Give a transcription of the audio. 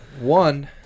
one